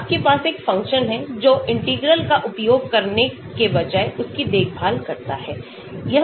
तो आपके पास ऐसे फंक्शन हैं जो इंटीग्रल का उपयोग करने के बजाय उसकी देखभाल करते हैं